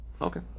Okay